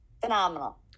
phenomenal